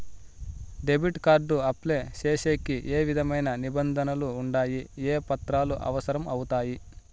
Debit card apply సేసేకి ఏ విధమైన నిబంధనలు ఉండాయి? ఏ పత్రాలు అవసరం అవుతాయి?